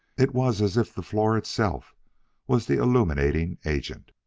it was as if the floor itself was the illuminating agent.